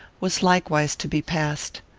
was likewise to be passed.